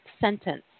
sentence